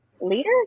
leader